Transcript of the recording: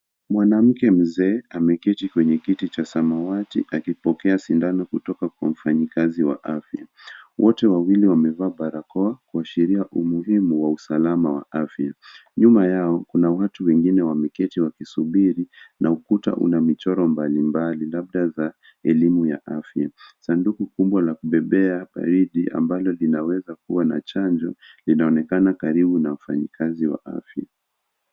Mwanamke mzee ameketi kwenye keti za samawati akipokea sidano kutoka kwa mfanyi kazi wa afya, wote wawili wamevaa barakao kuashiria humuhimu wa usalama wa afya. Nyuma yao kuna watu wengine wameketi wakisubiri na ukuta una michoro mbali mbali labda za elimu ya afya. Sanduku kubwa la kupepea baridi ambalo linaweza kuwa na chanjo linaonekana karibu na mfanye kazi wa afya.